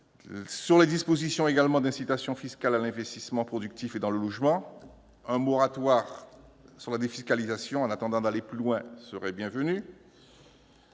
aux dispositions d'incitation fiscale à l'investissement productif et dans le secteur du logement. Un moratoire sur la défiscalisation, en attendant d'aller plus loin, serait bienvenu.